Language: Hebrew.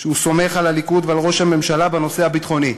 שהוא סומך על הליכוד ועל ראש הממשלה בנושא הביטחוני,